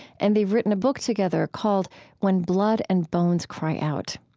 and they've written a book together, called when blood and bones cry out.